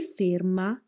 ferma